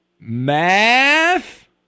Math